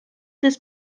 this